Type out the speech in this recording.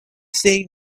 say